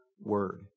word